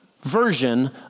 version